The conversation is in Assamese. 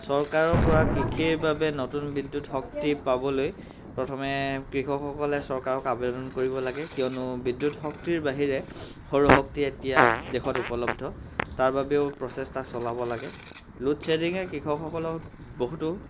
চৰকাৰৰপৰা কৃষিৰ বাবে নতুন বিদ্যুৎ শক্তি পাবলৈ প্ৰথমে কৃষকসকলে চৰকাৰক আবেদন কৰিব লাগে কিয়নো বিদ্যুৎ শক্তিৰ বাহিৰে সৌৰশক্তিয়ে এতিয়া দেশত উপলব্ধ তাৰবাবেও প্ৰচেষ্টা চলাব লাগে লোড শ্বেডিঙে কৃষকসকলক বহুতো